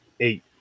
eight